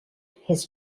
his